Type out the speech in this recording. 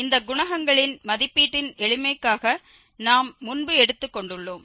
இந்த குணகங்களின் மதிப்பீட்டின் எளிமைக்காக நாம் முன்பு எடுத்துக் கொண்டுள்ளோம்